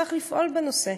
שצריך לפעול בנושא.